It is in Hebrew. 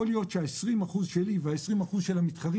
יכול להיות שה-20% שלי ו-20% של המתחרים